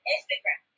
Instagram